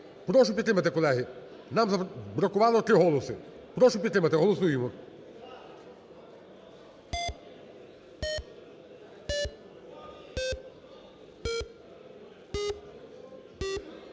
Прошу підтримати, колеги. Нам забракувало три голоси. Прошу підтримати. Голосуємо.